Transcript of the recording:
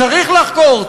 צריך לחקור,